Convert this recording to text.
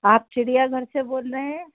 आप चिड़ियाघर से बोल रहे हैं